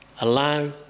Allow